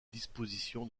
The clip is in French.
disposition